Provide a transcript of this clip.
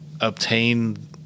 obtain